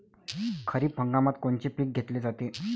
खरिप हंगामात कोनचे पिकं घेतले जाते?